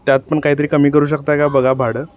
त्यात पण काहीतरी कमी करू शकत आहे का बघा भाडं